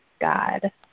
God